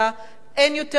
אין יותר תורתו-אומנותו,